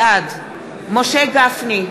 בעד משה גפני,